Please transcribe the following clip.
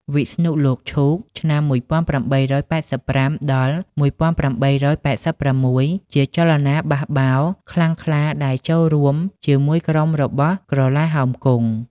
វិស្ណុលោកឈូក (ឆ្នាំ ១៨៨៥-១៨៨៦) ជាចលនាបះបោរខ្លាំងខ្លាដែលចូលរួមជាមួយក្រុមរបស់ក្រឡាហោមគង់។